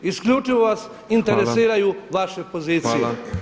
Isključivo vas interesiraju [[Upadica Petrov: Hvala.]] vaše pozicije.